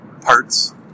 parts